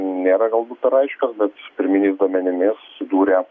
nėra galbūt dar aiškios bet pirminiais duomenimis sudūrė